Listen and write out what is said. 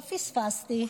מה פספסתי?